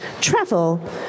travel